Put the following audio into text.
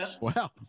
wow